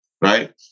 right